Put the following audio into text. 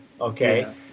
Okay